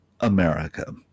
America